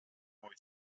boy